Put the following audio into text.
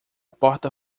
porta